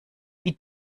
wie